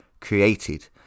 created